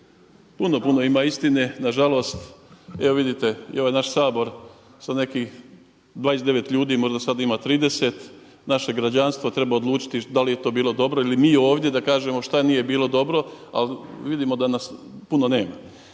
Puno, puno ima istine, na žalost. Evo vidite i ovaj naš Sabor sa nekih 29 ljudi, možda sad ima 30, naše građanstvo treba odlučiti da li je to bilo dobro ili mi ovdje da kažemo šta nije bilo dobro. Ali vidimo da nas puno nema.